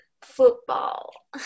football